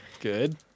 Good